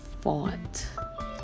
Fought